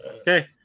Okay